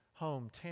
hometown